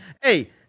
Hey